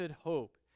hope